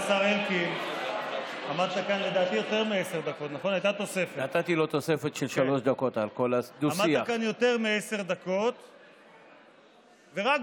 אני הייתי יושב-ראש ועדת משנה לכוח אדם